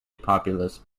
populist